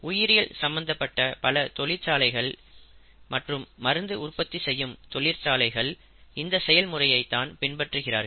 உயிரியல் சம்பந்தப்பட்ட பல தொழிற்சாலைகள் மற்றும் மருந்து உற்பத்தி செய்யும் தொழிற்சாலைகள் இந்த செயல் முறையை தான் பின்பற்றுகின்றனர்